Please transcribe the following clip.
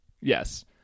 yes